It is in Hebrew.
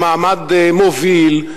למעמד מוביל,